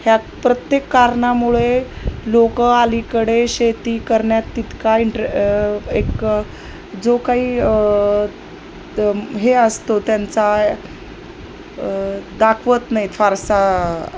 ह्या प्रत्येक कारणामुळे लोकं अलीकडे शेती करण्यात तितका इंटर एक जो काही हे असतो त्यांचा दाखवत नाहीत फारसा